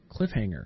cliffhanger